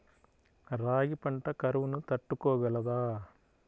రాగి పంట కరువును తట్టుకోగలదా?